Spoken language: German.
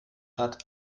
hat